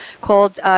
called